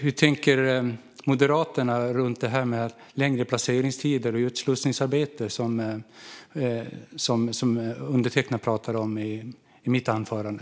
Hur tänker Moderaterna runt detta med längre placeringstider och utslussningsarbete, som jag pratade om i mitt anförande?